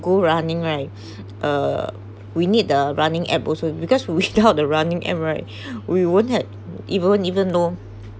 go running right uh we need the running app also because without the running app right we won't had we won't even know